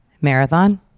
marathon